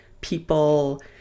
people